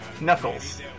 Knuckles